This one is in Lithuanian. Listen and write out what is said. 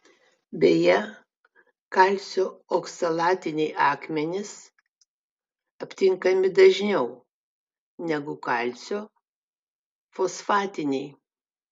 beje kalcio oksalatiniai akmenys aptinkami dažniau negu kalcio fosfatiniai